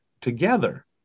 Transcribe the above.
together